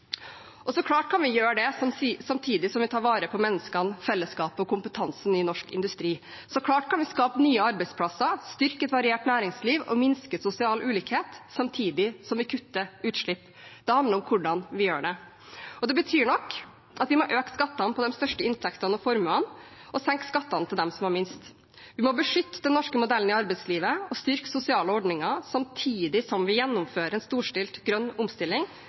det. Så klart kan vi gjøre det samtidig som vi tar vare på menneskene, fellesskapet og kompetansen i norsk industri, og så klart kan vi skape nye arbeidsplasser, styrke et variert næringsliv og minske sosial ulikhet samtidig som vi kutter utslipp. Det handler om hvordan vi gjør det. Det betyr nok at vi må øke skattene på de største inntektene og formuene og senke skattene for dem som har minst. Vi må beskytte den norske modellen i arbeidslivet og styrke sosiale ordninger samtidig som vi gjennomfører en storstilt grønn omstilling